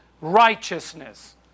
righteousness